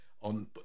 on